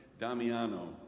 Damiano